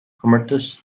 comórtas